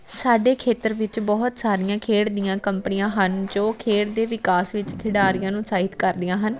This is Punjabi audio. ਸਾਡੇ ਖੇਤਰ ਵਿੱਚ ਬਹੁਤ ਸਾਰੀਆਂ ਖੇਡ ਦੀਆਂ ਕੰਪਨੀਆਂ ਹਨ ਜੋ ਖੇਡ ਦੇ ਵਿਕਾਸ ਵਿੱਚ ਖਿਡਾਰੀਆਂ ਨੂੰ ਸਾਹਿਤ ਕਰਦੀਆਂ ਹਨ